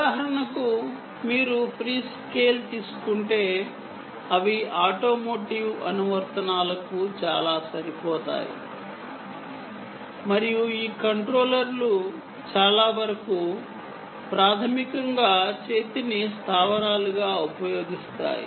ఉదాహరణకు మీరు Freescale తీసుకుంటే అవి ఆటోమోటివ్ అనువర్తనాలకు చాలా సరిపోతాయి మరియు ఈ కంట్రోలర్లు చాలావరకు ప్రాథమికంగా ఆర్మ్ ని బేస్ గా ఉపయోగిస్తాయి